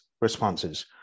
responses